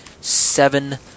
seven